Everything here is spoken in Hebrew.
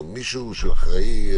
מישהו שהוא אחראי,